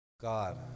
god